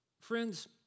Friends